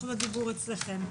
זכות הדיבור אצלכם.